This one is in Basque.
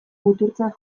muturtzat